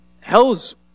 hell's